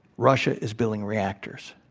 russia is building reactors.